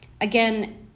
again